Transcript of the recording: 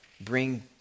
bring